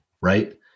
right